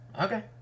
Okay